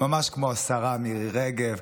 ממש כמו השרה מירי רגב,